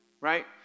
right